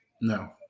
No